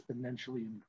exponentially